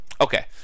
Okay